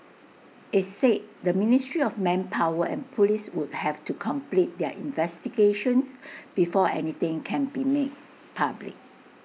IT said the ministry of manpower and Police would have to complete their investigations before anything can be made public